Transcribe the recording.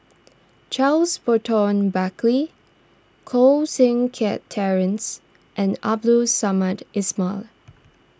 Charles Burton Buckley Koh Seng Kiat Terence and Abdul Samad Ismail